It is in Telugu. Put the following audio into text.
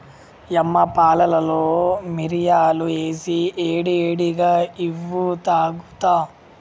యమ్మ పాలలో మిరియాలు ఏసి ఏడి ఏడిగా ఇవ్వు తాగుత